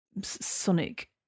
sonic